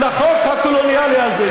לחוק הקולוניאלי הזה.